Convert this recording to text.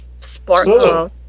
Sparkle